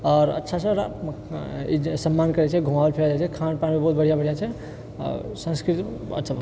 आओर अच्छासँ सम्मान करै छै घुमाओल फिराओल जाइत छै बहुत बढ़िआँ मिलै छै आ संस्कृत अच्छा